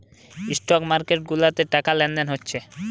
stock market গুলাতে টাকা লেনদেন হচ্ছে